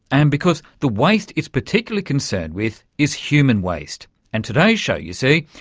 and because the waste it's particularly concerned with is human waste. and today's show, you see,